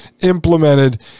implemented